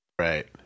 Right